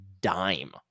dime